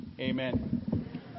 Amen